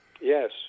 yes